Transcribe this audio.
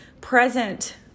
present